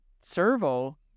servo